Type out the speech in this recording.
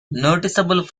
noticeable